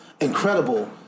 Incredible